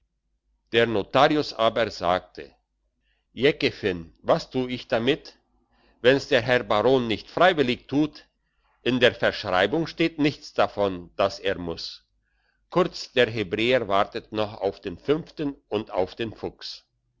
der notarius aber sagte jekeffen was tu ich damit wenn's der herr baron nicht freiwillig tut in der verschreibung steht nichts davon dass er muss kurz der hebräer wartet noch auf den fünften und auf den fuchs